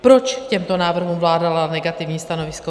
Proč těmto návrhům dala vláda negativní stanovisko?